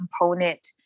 component